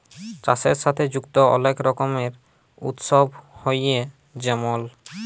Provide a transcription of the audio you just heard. চাষের সাথে যুক্ত অলেক রকমের উৎসব হ্যয়ে যেমল